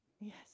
Yes